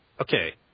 okay